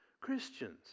Christians